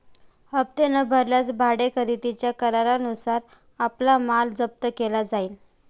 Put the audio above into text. हप्ते न भरल्यास भाडे खरेदीच्या करारानुसार आपला माल जप्त केला जाईल